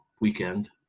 Weekend